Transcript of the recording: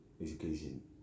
education